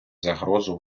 загрозу